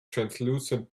translucent